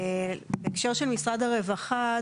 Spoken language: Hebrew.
בהקשר של משרד הרווחה,